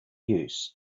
use